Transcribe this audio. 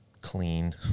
clean